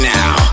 now